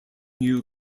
new